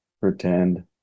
pretend